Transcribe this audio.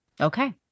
Okay